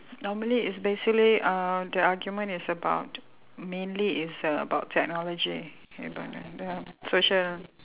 normally it's basically um the argument is about mainly is about technology social